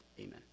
Amen